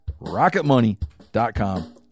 RocketMoney.com